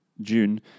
June